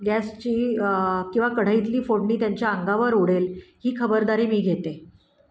गॅसची किंवा कढईतली फोडणी त्यांच्या अंगावर उडेल ही खबरदारी मी घेते